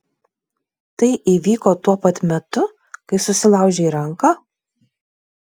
tai įvyko tuo pat metu kai susilaužei ranką